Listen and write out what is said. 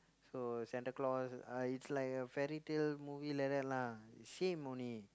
so Santa-Claus uh is like a fairytale movie like that lah same only